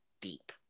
deep